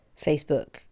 Facebook